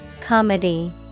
Comedy